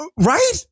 Right